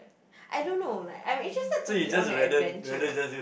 I don't know like I am interested to be on an adventure